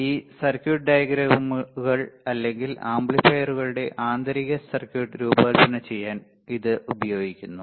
ഈ സർക്യൂട്ട് ഡയഗ്രമുകൾ അല്ലെങ്കിൽ ആംപ്ലിഫയറുകളുടെ ആന്തരിക സർക്യൂട്ട് രൂപകൽപ്പന ചെയ്യാൻ ഇത് ഉപയോഗിക്കുന്നു